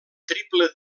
triple